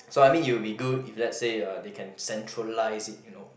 so I mean it'll be good if let's say uh they can centralized it you know